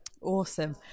Awesome